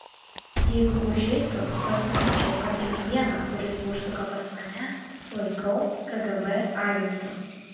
jeigu užeitų pasakyčiau kad kiekvieną kuris užsuka pas mane laikau kgb agentu